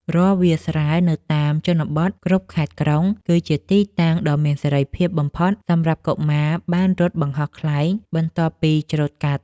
រាល់វាលស្រែនៅតាមជនបទគ្រប់ខេត្តក្រុង គឺជាទីតាំងដ៏មានសេរីភាពបំផុតសម្រាប់កុមារបានរត់បង្ហោះខ្លែងបន្ទាប់ពីច្រូតកាត់។